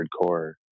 hardcore